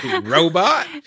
Robot